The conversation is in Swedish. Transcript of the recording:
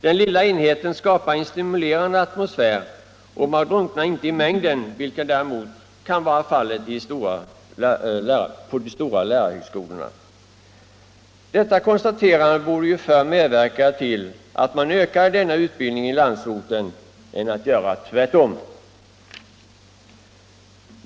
Den lilla enheten skapar en stimulerande atmosfär, och man drunknar inte i mängden, vilket däremot kan vara fallet vid de stora lärarhögskolorna. Detta konstaterande borde ju snarare medverka till att man ökade denna utbildning i landsorten än att man gjorde tvärtom.